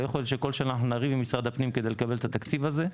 לא יכול להיות שכל שנה נריב עם משרד הפנים כדי לקבל את התקציב הזה,